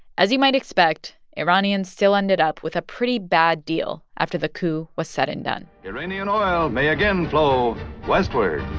as you might expect, iranians still ended up with a pretty bad deal after the coup was said and done iranian oil may again flow westward